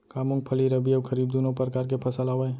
का मूंगफली रबि अऊ खरीफ दूनो परकार फसल आवय?